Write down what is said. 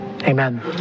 Amen